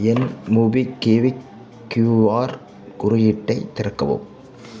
என் MobiKwik QR குறியீட்டை திறக்கவும்